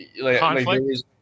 conflict